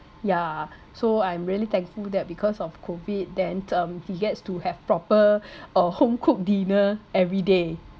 yeah so I'm really thankful that because of COVID then um he gets to have proper or homecooked dinner every day